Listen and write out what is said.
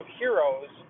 heroes